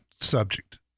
subject